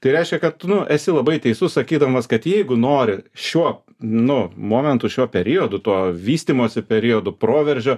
tai reiškia kad esi labai teisus sakydamas kad jeigu nori šiuo nu momentu šiuo periodu tuo vystymosi periodu proveržio